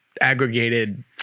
aggregated